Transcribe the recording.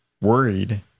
worried